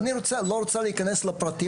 אני לא רוצה להיכנס לפרטים,